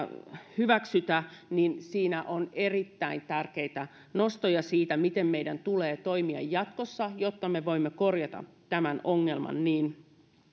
hyväksytä niin siinä on erittäin tärkeitä nostoja siitä miten meidän tulee toimia jatkossa jotta me voimme korjata tämän ongelman niin